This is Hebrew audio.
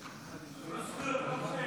ולתמיד.